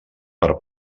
per